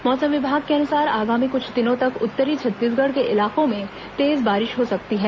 मौसम विभाग के अनुसार आगामी कुछ दिनों तक उत्तरी छत्तीसगढ़ के इलाकों में तेज बारिष हो सकती है